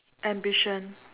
ambition